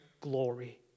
glory